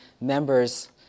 members